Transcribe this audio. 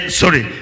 sorry